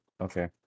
okay